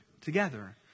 together